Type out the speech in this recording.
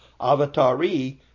avatari